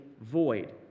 void